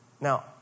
Now